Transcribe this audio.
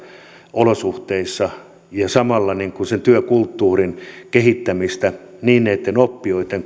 olosuhteissa ja samalla työkulttuurin kehittämistä niin näiden oppijoiden